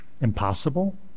impossible